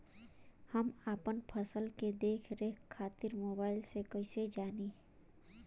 हम अपना फसल के देख रेख खातिर मोबाइल से कइसे जानी?